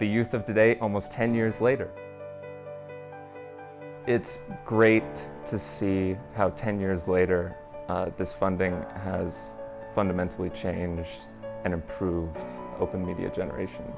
youth of today almost ten years later it's great to see how ten years later this funding has fundamentally changed and improved open new generation